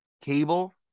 cable